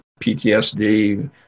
PTSD